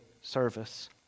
service